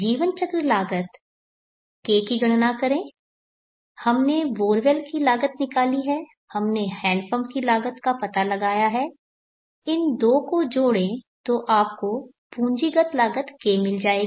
जीवन चक्र की लागत K की गणना करें हमने बोरवेल की लागत निकाली है हमने हैंडपंप की लागत का पता लगाया है इन 2 को जोड़ें तो आपको पूंजीगत लागत K मिल जाएगी